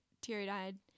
teary-eyed